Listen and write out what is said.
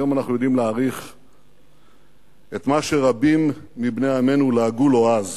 היום אנחנו יודעים להעריך את מה שרבים מבני עמנו לעגו לו אז.